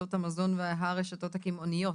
רשתות המזון והרשתות הקמעונאיות.